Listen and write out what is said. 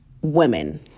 women